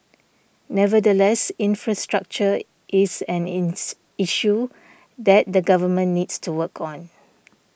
nevertheless infrastructure is an ins issue that the government needs to work on